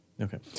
Okay